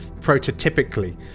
prototypically